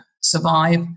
survive